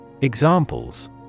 Examples